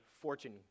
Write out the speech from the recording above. fortune